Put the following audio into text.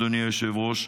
אדוני היושב-ראש,